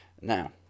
Now